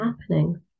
happening